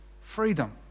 freedom